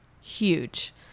Huge